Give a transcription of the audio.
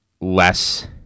less